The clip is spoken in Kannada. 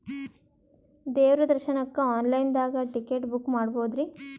ದೇವ್ರ ದರ್ಶನಕ್ಕ ಆನ್ ಲೈನ್ ದಾಗ ಟಿಕೆಟ ಬುಕ್ಕ ಮಾಡ್ಬೊದ್ರಿ?